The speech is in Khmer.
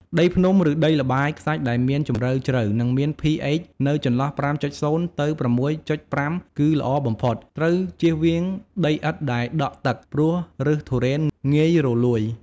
ដីភ្នំ ឬដីល្បាយខ្សាច់ដែលមានជម្រៅជ្រៅ និងមាន pH នៅចន្លោះ ៥.០ ទៅ ៦.៥ គឺល្អបំផុត ត្រូវជៀសវាងដីឥដ្ឋដែលដក់ទឹក ព្រោះឬសទុរេនងាយរលួយ។